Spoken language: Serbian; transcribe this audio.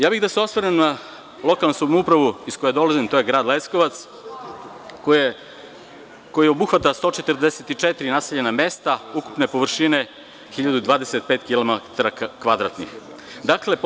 Ja bih da se osvrnem na lokalnu samoupravu iz koje dolazim, a to je grad Leskovac, koja obuhvata 144 naseljena mesta ukupne površine 1025 kvadratnih kilometara.